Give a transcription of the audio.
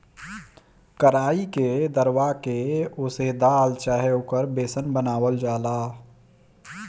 कराई के दरवा के ओसे दाल चाहे ओकर बेसन बनावल जाला